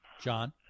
John